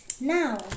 Now